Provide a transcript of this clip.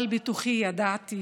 אבל בתוכי ידעתי